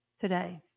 today